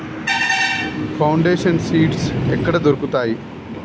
Foundation seeds ఎక్కడ దొరుకుతాయి?